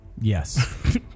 Yes